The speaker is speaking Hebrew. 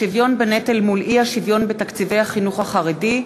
השוויון בנטל מול האי-שוויון בתקציבי החינוך החרדי,